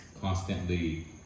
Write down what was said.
constantly